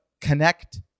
Connect